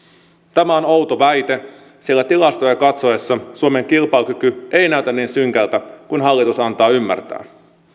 tämä on outo väite sillä tilastoja katsoessa suomen kilpailukyky ei näytä niin synkältä kuin hallitus antaa ymmärtää